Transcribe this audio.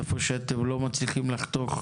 והיכן שאתם לא מצליחים לחתוך,